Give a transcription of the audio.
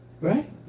Right